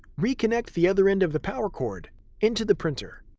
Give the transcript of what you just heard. reconnect the other end of the power cord into the printer.